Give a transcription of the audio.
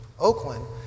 Oakland